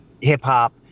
hip-hop